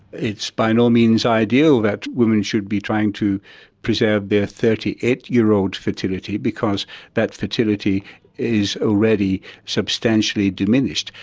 it's by no means ideal that women should be trying to preserve their thirty eight year old fertility because that fertility is already substantially diminished.